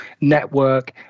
network